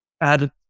add